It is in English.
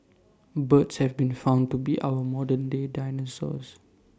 birds have been found to be our modern day dinosaurs